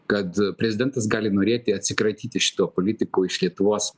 kad prezidentas gali norėti atsikratyti šitu politiku iš lietuvos